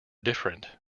different